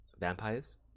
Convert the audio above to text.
vampires